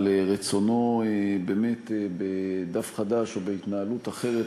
על רצונו באמת בדף חדש או בהתנהלות אחרת